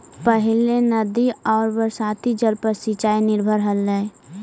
पहिले नदी आउ बरसाती जल पर सिंचाई निर्भर हलई